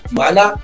Mana